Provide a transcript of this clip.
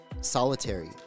solitary